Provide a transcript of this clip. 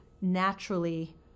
naturally